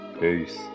peace